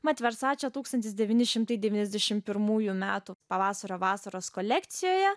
mat versace tūkstantis devyni šimtai devyniasdešimt pirmųjų metų pavasario vasaros kolekcijoje